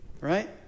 right